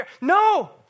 No